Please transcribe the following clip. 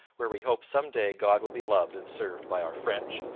where we hope some day god will be loved and served by our french,